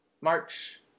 March